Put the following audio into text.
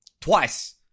Twice